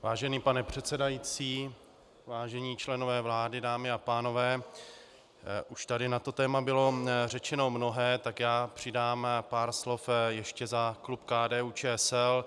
Vážený pane předsedající, vážení členové vlády, dámy a pánové, už tady na to téma bylo řečeno mnohé, tak přidám pár slov ještě za klub KDUČSL.